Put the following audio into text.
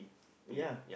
ya